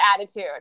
attitude